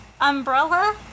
umbrella